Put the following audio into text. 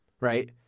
right